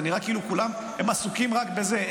זה נראה כאילו כולם עסוקים רק בזה,